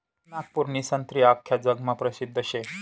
नागपूरनी संत्री आख्खा जगमा परसिद्ध शे